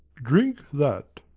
drink that.